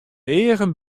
eagen